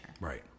Right